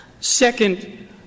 Second